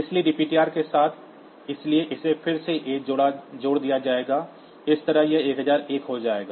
इसलिए dptr के साथ इसलिए इसे फिर से A जोड़ दिया जाएगा इस तरह यह 1001 हो जाएगा